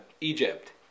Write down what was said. egypt